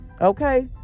okay